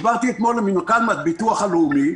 דיברתי אתמול עם מנכ"ל הביטוח הלאומי,